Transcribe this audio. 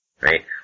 Right